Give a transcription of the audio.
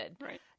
Right